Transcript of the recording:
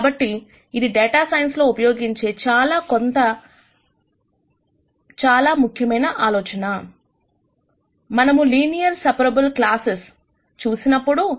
కాబట్టి ఇది data science లో ఉపయోగించే కొంత చాలా ముఖ్యమైన ఆలోచన మనము లీనియర్లి సెపెరేబుల్ క్లాసెస్ చూసినప్పుడు